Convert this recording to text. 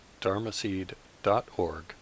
dharmaseed.org